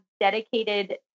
dedicated